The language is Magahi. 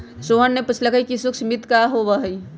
सोहन ने पूछल कई कि सूक्ष्म वित्त का होबा हई?